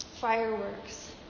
fireworks